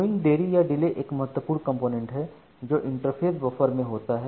queuing देरी या delay एक महत्वपूर्ण कंपोनेंट है जो इंटरफ़ेस बफर में होता है